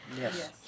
Yes